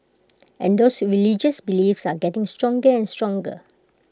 and those religious beliefs are getting stronger and stronger